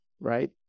right